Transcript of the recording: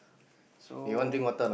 so